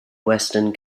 western